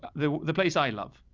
the the place i love,